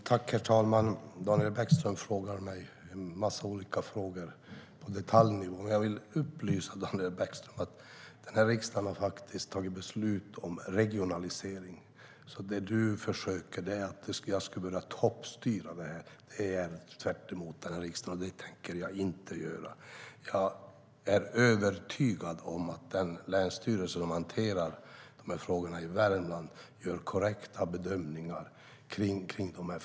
Jag är övertygad om att den länsstyrelse som hanterar dessa frågor i Värmland gör korrekta bedömningar.